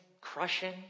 crushing